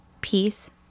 peace